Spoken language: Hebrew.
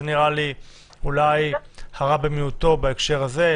זה נראה לי הרע במיעוטו בהקשר הזה.